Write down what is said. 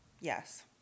Yes